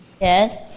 yes